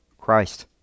Christ